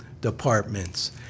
departments